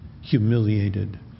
humiliated